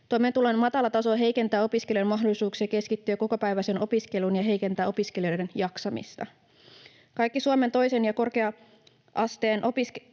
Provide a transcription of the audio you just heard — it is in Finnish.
Toimeentulon matala taso heikentää opiskelijoiden mahdollisuuksia keskittyä kokopäiväiseen opiskeluun ja heikentää opiskelijoiden jaksamista. Kaikki Suomen toisen ja korkea-asteen